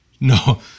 No